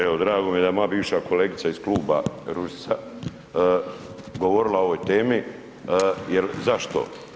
Evo, drago mi je da je moja bivša kolegica iz kluba, Ružica, govorila o ovoj temi jer, zašto?